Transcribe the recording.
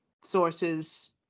sources